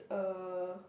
uh